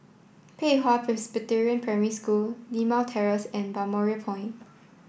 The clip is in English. Pei Hwa Presbyterian Primary School Limau Terrace and Balmoral Point